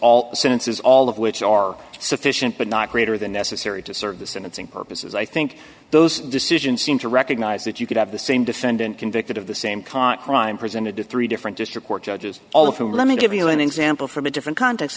sentences all of which are sufficient but not greater than necessary to serve the sentencing purposes i think those decisions seem to recognize that you could have the same defendant convicted of the same current crime presented to three different district court judges all of whom let me give you an example from a different context